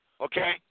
Okay